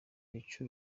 bica